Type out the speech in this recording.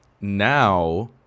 now